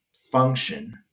function